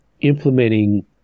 implementing